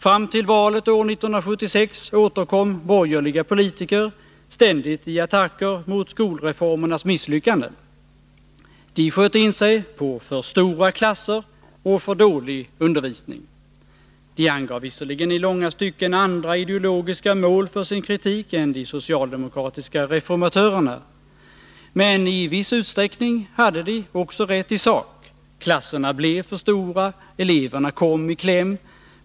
Fram till valet år 1976 återkom borgerliga politiker ständigt i attacker mot skolreformernas misslyckanden. De sköt in sig på för stora klasser och för dålig undervisning. De angav visserligen i långa stycken andra ideologiska mål för sin kritik än de socialdemokratiska reformatörerna. Men i viss utsträckning hade de också rätt i sak. Klasserna blev för stora. Eleverna kom i kläm.